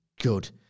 Good